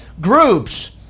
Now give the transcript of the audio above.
groups